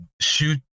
shoot